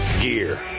gear